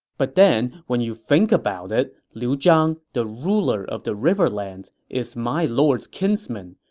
but then when you think about it, liu zhang, the ruler of the riverlands, is my lord's kinsman.